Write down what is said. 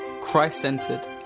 christ-centered